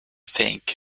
think